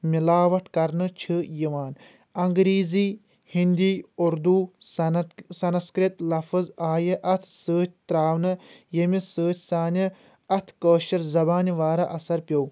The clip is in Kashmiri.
مِلاوٹ کرنہٕ چھ یِوان انگریٖزی ہِنٛدی اُردوٗ سنسکِرت لفٕظ آیہِ اَتھ سۭتۍ ترٛاونہٕ ییٚمہِ سۭتۍ سانہِ اَتھ کأشِر زبانہِ واریاہ اثر پیٚو